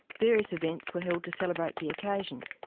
various events were held to celebrate the occasion.